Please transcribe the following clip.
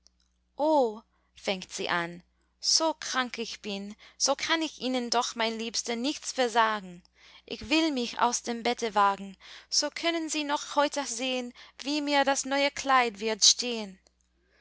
fängt sie an so krank ich bin so kann ich ihnen doch mein liebster nichts versagen ich will mich aus dem bette wagen so können sie noch heute sehn wie mir das neue kleid wird stehn